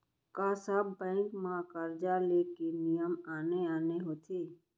का सब बैंक म करजा ले के नियम आने आने होथे?